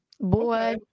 Boy